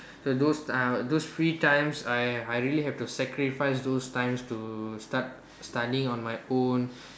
so those uh those free times I I really have to sacrifice those times to start studying on my own